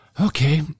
Okay